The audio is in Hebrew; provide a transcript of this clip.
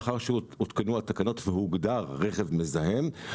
לאחר שהותקנו התקנות והוגדר רכב מזהם,